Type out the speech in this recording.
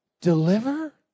deliver